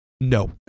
No